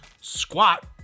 squat